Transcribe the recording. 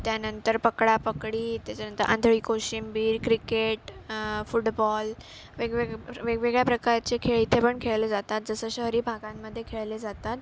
त्यानंतर पकडापकडी त्याच्यानंतर आंधळी कोशिंबीर क्रिकेट फुटबॉल वेगवेगळ्या प वेगवेगळ्या प्रकारचे खेळ इथे पण खेळले जातात जसं शहरी भागांमध्ये खेळले जातात